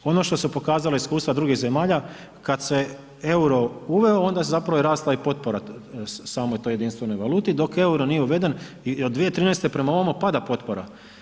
I ono što su pokazala iskustva drugih zemalja kada se euro uveo onda je zapravo i rasla potpora samoj toj jedinstvenoj valuti dok euro nije uveden i od 2013. prema ovamo pada potpora.